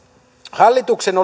hallituksen